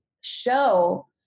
show